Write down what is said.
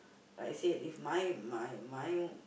like I said if my my my